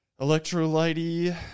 electrolyte